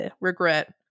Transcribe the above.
regret